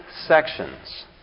sections